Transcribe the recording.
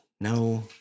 No